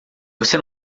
você